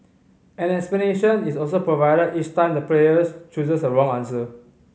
an explanation is also provided each time the player chooses a wrong answer